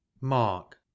Mark